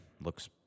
looks